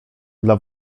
dla